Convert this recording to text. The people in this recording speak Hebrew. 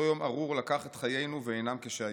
אותו יום ארור לקח את חיינו ואינם כשהיו.